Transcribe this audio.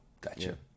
gotcha